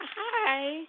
Hi